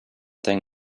thing